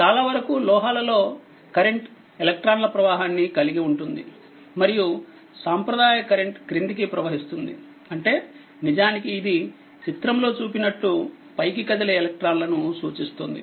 చాలావరకు లోహాలలో కరెంట్ ఎలక్ట్రాన్ల ప్రవాహాన్ని కలిగి ఉంటుంది మరియుసాంప్రదాయ కన్వెన్షనల్ కరెంట్ క్రిందికిప్రవహిస్తుంది అంటే నిజానికి ఇది చిత్రంలో చూపినట్లు పైకి కదిలే ఎలెక్ట్రాన్లను సూచిస్తుంది